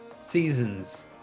seasons